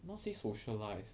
not say socialise